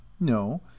no